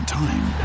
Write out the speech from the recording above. time